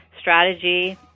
strategy